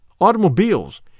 automobiles